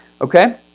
Okay